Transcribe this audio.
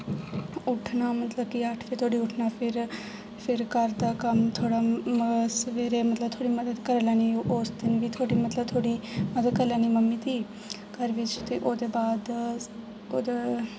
उट्ठना मतलब कि अट्ठ बजे धोड़ी उट्ठना फिर फिर घर दा कम्म थोह्ड़ा सबेरे मतलब थोह्ड़ी मदत करी लैनी ओस दिन बी थोह्ड़ी मतलब थोह्ड़ी मदत करी लैन्नी मम्मी दी घर बिच्च ते ओह्दे बाद ओह्दे